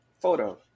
photo